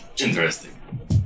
Interesting